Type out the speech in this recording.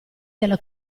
della